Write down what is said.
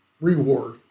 reward